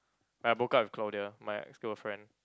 when I broke up with Claudia my ex-girlfriend